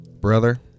brother